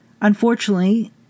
Unfortunately